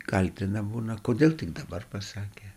kaltina būna kodėl tik dabar pasakė